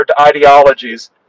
ideologies